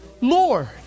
Lord